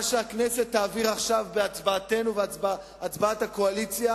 מה שהכנסת תעביר עכשיו בהצבעתנו ובהצבעת הקואליציה